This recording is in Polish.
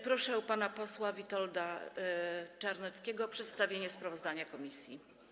Proszę pana posła Witolda Czarneckiego o przedstawienie sprawozdania komisji.